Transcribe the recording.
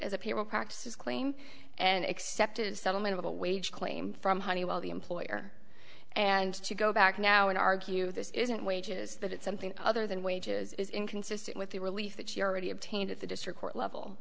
as a people practices claim and accepted a settlement of a wage claim from honeywell the employer and to go back now and argue this isn't wages that it's something other than wages is inconsistent with the relief that you already obtained at the district court level